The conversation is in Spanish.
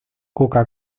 coca